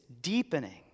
deepening